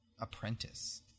apprentice